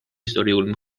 ისტორიული